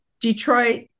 Detroit